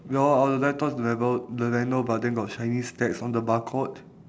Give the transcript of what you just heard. well our laptops leno~ the leno~ but then got chinese stats on the barcode